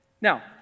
Now